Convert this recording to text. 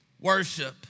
worship